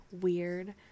weird